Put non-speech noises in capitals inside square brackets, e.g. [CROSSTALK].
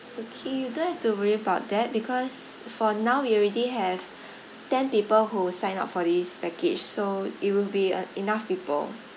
okay you don't have to worry about that because for now we already have [BREATH] ten people who sign up for this package so it will be a enough people